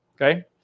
okay